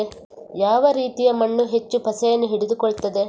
ಯಾವ ರೀತಿಯ ಮಣ್ಣು ಹೆಚ್ಚು ಪಸೆಯನ್ನು ಹಿಡಿದುಕೊಳ್ತದೆ?